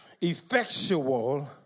Effectual